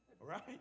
Right